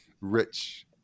rich